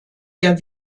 der